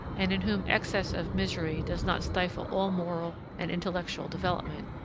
and in whom excess of misery does not stifle all moral and intellectual development,